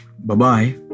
Bye-bye